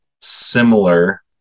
similar